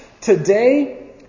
Today